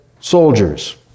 soldiers